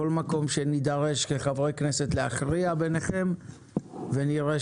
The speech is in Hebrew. כל מקום שנידרש כחברי כנסת להכריע ביניכם ונראה